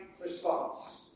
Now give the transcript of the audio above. response